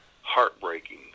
heartbreaking